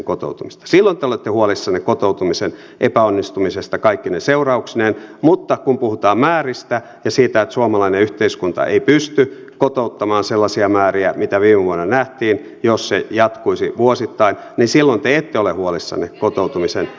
silloin te olette huolissanne kotoutumisen epäonnistumisesta kaikkine seurauksineen mutta kun puhutaan määristä ja siitä että suomalainen yhteiskunta ei pysty kotouttamaan sellaisia määriä mitä viime vuonna nähtiin jos se jatkuisi vuosittain niin silloin te ette ole huolissanne kotoutumisen epäonnistumisesta